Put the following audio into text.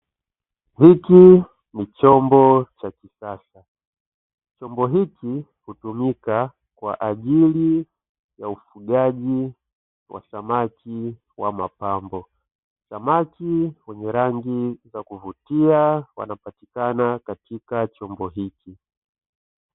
Hiki ni chombo cha kisasa. Chombo hiki hutumika kwa ajili ya ufugaji wa samaki wa mapambo. Samaki wenye rangi za kuvutia wanapatikana katika chombo hiki.